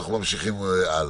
נמשיך הלאה.